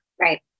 right